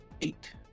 eight